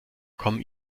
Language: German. kommen